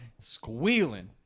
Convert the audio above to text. squealing